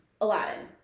aladdin